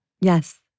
Yes